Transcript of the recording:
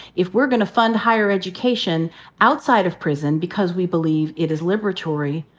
if we're gonna fund higher education outside of prison because we believe it is liberatory,